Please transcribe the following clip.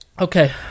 Okay